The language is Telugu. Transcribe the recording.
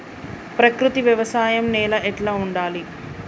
ప్రకృతి వ్యవసాయం నేల ఎట్లా ఉండాలి?